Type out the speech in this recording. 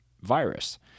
virus